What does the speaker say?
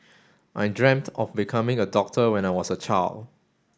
I dreamt of becoming a doctor when I was a child